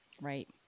Right